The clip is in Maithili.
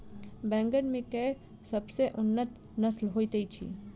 बैंगन मे केँ सबसँ उन्नत नस्ल होइत अछि?